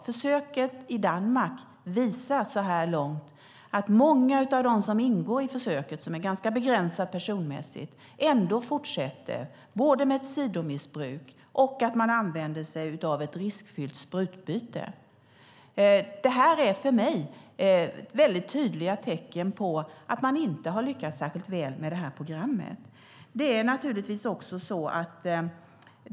Försöket i Danmark visar som sagt så här långt att många av de som ingår i försöket, som är ganska begränsat personmässigt, ändå fortsätter både med ett sidomissbruk och med att använda sig av ett riskfyllt sprutbyte. Detta är för mig tydliga tecken på att man inte har lyckats särskilt väl med programmet.